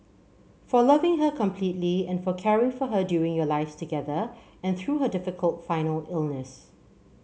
for loving her completely and for caring for her during your lives together and through her difficult final illness